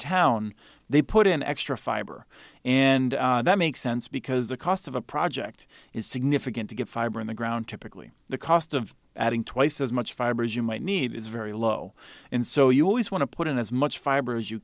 town they put in extra fiber and that makes sense because the cost of a project is significant to get fiber in the ground typically the cost of adding twice as much fiber as you might need is very low and so you always want to put in as much fiber as you